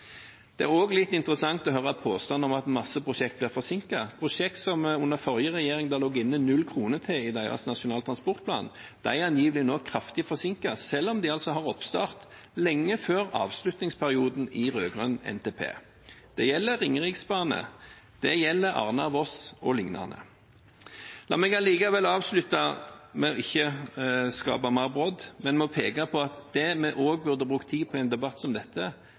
Det er også litt interessant å høre påstander om at mange prosjekt blir forsinket. Prosjekt som det under forrige regjering lå inne null kroner til i deres Nasjonal transportplan, er angivelig nå kraftig forsinket, selv om de altså har oppstart lenge før avslutningsperioden i rød-grønn NTP. Det gjelder Ringeriksbanen, det gjelder Arna–Voss o.l. La meg allikevel avslutte med ikke å skape mer brodd, men med å peke på at det vi også burde brukt tid på i en debatt som dette,